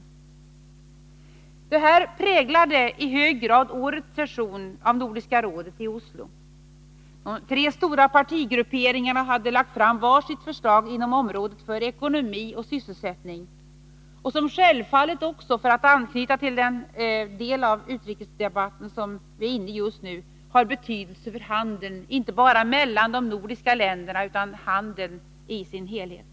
Dessa förhållanden präglade i hög grad årets session av Nordiska rådet i Oslo. De tre stora partigrupperingarna hade lagt fram var sitt förslag inom området för ekonomi och sysselsättning, som självfallet också — för att anknyta till den del av den utrikespolitiska debatten som vi är inne i just nu — har betydelse för handeln, inte bara mellan de nordiska länderna utan handeln i dess helhet.